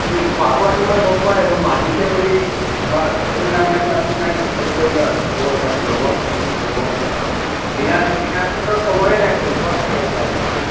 কি খোৱা বোৱাটো মই গম পোৱা নাই মই মাতিছে বুলি তোমাৰ তোৰ নাম্বাৰটো আছিল কাৰণে ফোন কৰিলো আৰু খবৰ পাতি ল'ব কি কি হ'ব মৃণালহঁতৰ খবৰে নাই দেখোন ক'ত থাকে এতিয়া আজিকালি